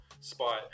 spot